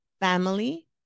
family